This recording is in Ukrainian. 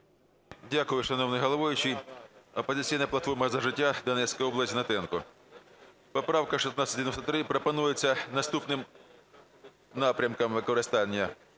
Дякую, шановний головуючий. "Опозиційна платформа – За життя", Донецька область, Гнатенко. Поправка 1693 пропонується наступним напрямком використання: